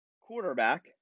quarterback